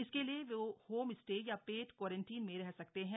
इसके लिए वो होम स्टे या पेड क्वारंटीन में रह सकते हैं